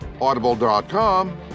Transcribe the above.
Audible.com